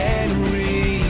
Henry